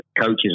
coaches